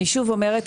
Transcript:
אני שוב אומרת,